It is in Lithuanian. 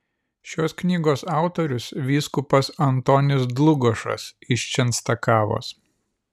šios knygos autorius vyskupas antonis dlugošas iš čenstakavos